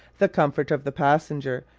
the comfort of the passenger,